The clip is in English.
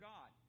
God